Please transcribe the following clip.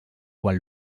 quan